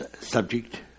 subject